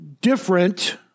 different